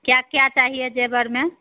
क्या क्या चाहिए ज़ेवर में